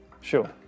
Sure